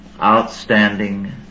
outstanding